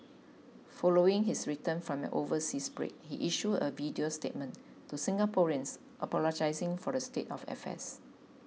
following his return from an overseas break he issued a video statement to Singaporeans apologising for the state of affairs